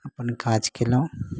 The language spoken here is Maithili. अपन काज कएलहुॅं